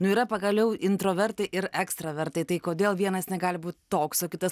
nu yra pagaliau intravertai ir ekstravertai tai kodėl vienas negali būt toks o kitas